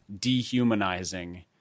Dehumanizing